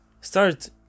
start